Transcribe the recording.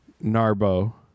Narbo